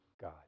God